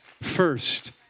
first